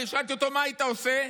שאלתי אותו: מה הייתי עושה?